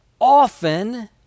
often